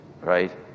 right